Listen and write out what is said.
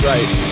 Right